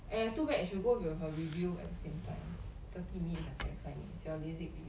eh ah too bad should go with her review at the same time thirty minutes and forty fifve minutes your lasik